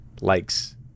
likes